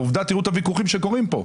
עובדה, תראו את הוויכוחים שקורים פה.